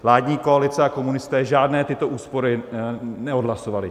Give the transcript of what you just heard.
Vládní koalice a komunisté žádné tyto úspory neodhlasovali.